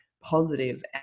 positive